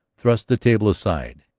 thrust the table aside.